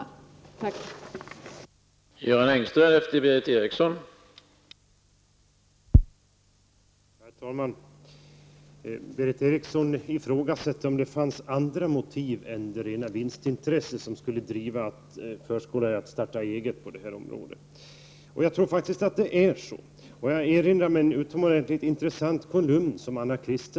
Tack!